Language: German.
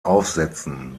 aufsätzen